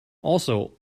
also